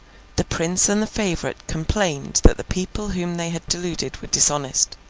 the prince and the favourite complained that the people whom they had deluded were dishonest.